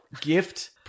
gift